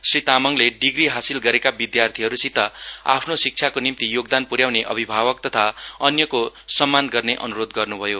श्री तामाङले ड्रिग्री हासिल गरेका विद्यार्थीहरूसित आफ्नो शिक्षाको निम्ति योगदान प्र्याउने अभिभावक तथा अन्यको सम्मान गर्ने अनुरोध गर्नुभयो